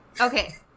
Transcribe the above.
Okay